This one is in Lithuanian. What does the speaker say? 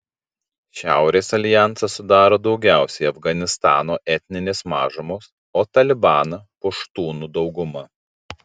šiaurės aljansą sudaro daugiausiai afganistano etninės mažumos o talibaną puštūnų dauguma